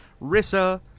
Rissa